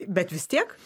bet vis tiek